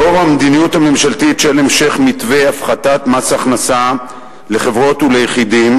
לאור המדיניות הממשלתית של המשך מתווה הפחתת מס הכנסה לחברות וליחידים,